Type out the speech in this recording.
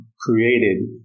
created